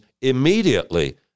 immediately